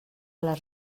les